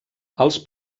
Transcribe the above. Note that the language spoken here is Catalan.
els